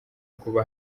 kuba